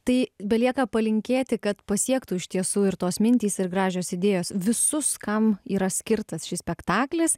tai belieka palinkėti kad pasiektų iš tiesų ir tos mintys ir gražios idėjos visus kam yra skirtas šis spektaklis